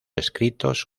escritos